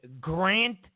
grant